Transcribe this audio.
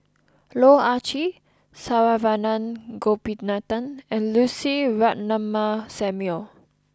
Loh Ah Chee Saravanan Gopinathan and Lucy Ratnammah Samuel